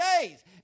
days